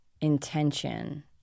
intention